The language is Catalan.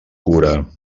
cura